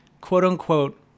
quote-unquote